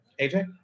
AJ